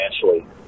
financially